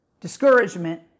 discouragement